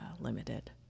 limited